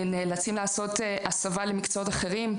נאלצים לעשות הסבה למקצועות אחרים,